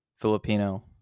Filipino